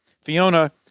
Fiona